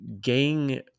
gang